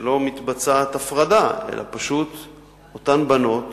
שלא מתבצעת הפרדה, אלא אותן בנות